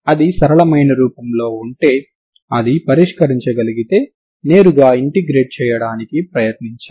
ET2 ∞ux2dx అవుతుంది